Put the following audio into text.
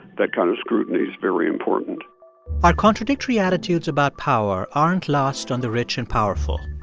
that kind of scrutiny's very important our contradictory attitudes about power aren't lost on the rich and powerful.